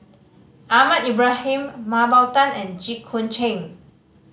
Ahmad Ibrahim Mah Bow Tan and Jit Koon Ch'ng